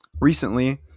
recently